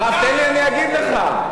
הרב, תן לי, אני אגיד לך.